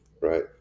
right